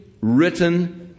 written